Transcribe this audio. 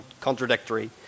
contradictory